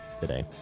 today